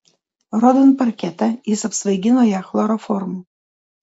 rodant parketą jis apsvaigino ją chloroformu